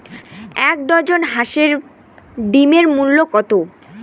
এক ডজন হাঁসের ডিমের মূল্য কত?